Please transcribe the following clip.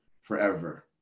forever